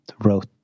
wrote